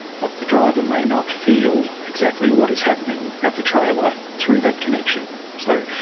but the driver may not feel exactly what is happening at the trailer through that connection. so,